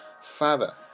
Father